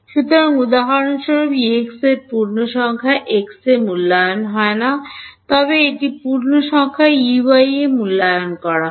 সুতরাং উদাহরণস্বরূপ Ex এর পূর্ণসংখ্যা x এ মূল্যায়ন হয় না তবে এটি পূর্ণসংখ্যা Ey এ মূল্যায়ন করা হয়